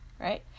right